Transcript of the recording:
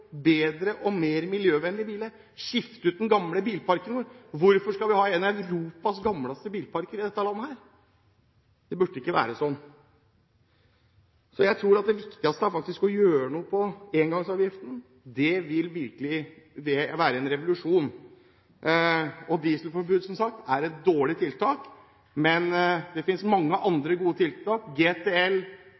bedre og mer miljøvennlige biler og skifte ut den gamle bilparken. Hvorfor skal vi ha en av Europas eldste bilparker i dette landet? Det burde ikke være sånn. Jeg tror det viktigste er å gjøre noe med engangsavgiften. Det vil virkelig være en revolusjon. Som sagt er dieselforbud et dårlig tiltak, men det finnes mange andre gode tiltak: GTL